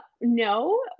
no